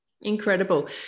Incredible